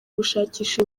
gushakisha